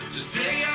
Today